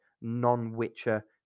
non-witcher